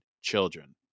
children